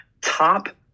top